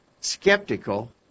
skeptical